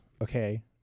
Okay